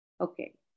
Okay